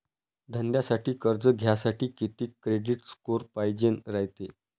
धंद्यासाठी कर्ज घ्यासाठी कितीक क्रेडिट स्कोर पायजेन रायते?